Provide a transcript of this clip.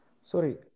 Sorry